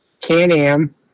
Can-Am